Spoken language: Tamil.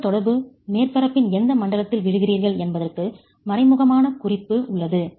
நீங்கள் தொடர்பு மேற்பரப்பின் எந்த மண்டலத்தில் விழுகிறீர்கள் என்பதற்கு மறைமுகமான குறிப்பு உள்ளது